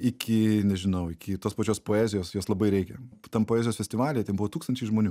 iki nežinau iki tos pačios poezijos jos labai reikia tam poezijos festivalyje ten buvo tūkstančiai žmonių